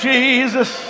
Jesus